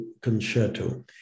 concerto